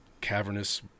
cavernous